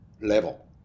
level